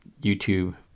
YouTube